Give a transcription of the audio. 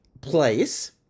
place